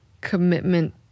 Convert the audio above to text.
commitment